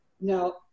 Now